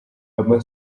ama